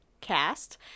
cast